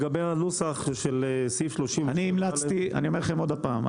לגבי הנוסח של סעיף 37א --- אני אומר לכם עוד פעם,